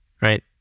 right